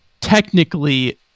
technically